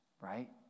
right